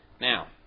Now